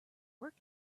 work